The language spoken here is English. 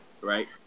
Right